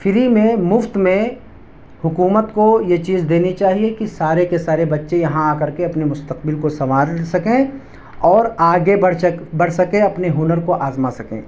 free میں مفت میں حکومت کو یہ چیز دینی چاہیے کہ سارے کے سارے بچے یہاں آ کر کے اپنے مستقبل کو سنوار سکیں اور آگے بڑھ بڑھ سکیں اپنے ہنر کو آزما سکیں